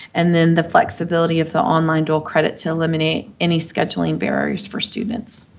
and then the flexibility of the online dual credits eliminate any schedules barriers for students.